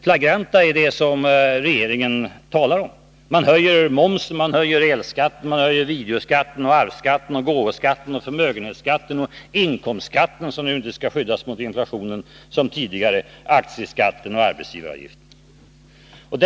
flagranta i det som regeringen talar om. Man höjer momsen, elskatten, videoskatten, arvsskatten, gåvoskatten, förmögenhetsskatten och inkomstskatten, som ju inte skall skyddas mot inflationen som tidigare, aktieskatten och arbetsgivaravgiften.